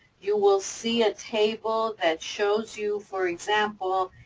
you will see a table that shows you, for example,